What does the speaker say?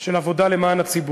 של עבודה למען הציבור.